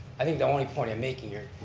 i think the only point i'm making here,